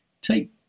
Take